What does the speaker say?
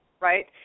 right